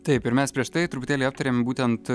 taip ir mes prieš tai truputėlį aptarėm būtent